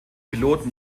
piloten